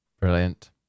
brilliant